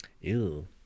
Ew